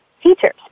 teachers